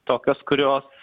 tokios kurios